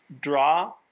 draw